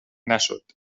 نشد